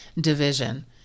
division